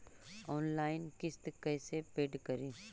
Online किस्त कैसे paid करि?